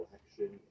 action